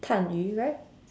Tan-Yu right